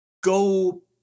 Go